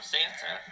Santa